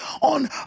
on